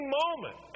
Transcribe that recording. moment